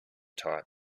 type